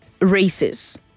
races